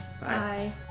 Bye